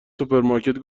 سوپرمارکت